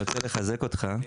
אני רוצה לחזק אותך,